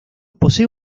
posee